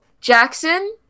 Jackson